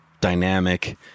dynamic